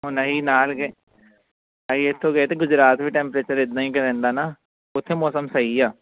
ਹੁਣ ਅਸੀਂ ਨਾਲ ਗਏ ਅਸੀਂ ਇੱਥੋਂ ਗਏ ਅਤੇ ਗੁਜਰਾਤ ਵੀ ਟੈਂਪਰੇਚਰ ਰਹਿੰਦਾ ਨਾ ਉੱਥੇ ਮੌਸਮ ਸਹੀ ਆ